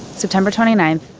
september twenty ninth,